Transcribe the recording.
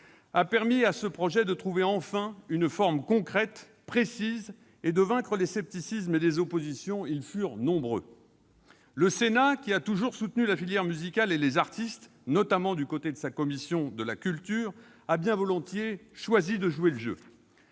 a permis à ce projet de trouver enfin une forme concrète, précise, et de vaincre les scepticismes et les oppositions, et ils furent nombreux. Le Sénat, qui a toujours soutenu la filière musicale et les artistes, notamment du côté de sa commission de la culture, a bien volontiers choisi de jouer le jeu.